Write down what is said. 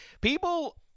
people –